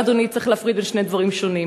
אבל, אדוני, צריך להפריד בין שני דברים שונים.